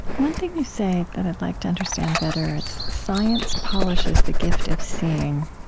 one thing you say that i'd like to understand better is, science polishes the gift of seeing,